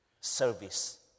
service